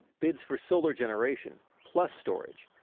bids for solar generation, plus storage,